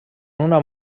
una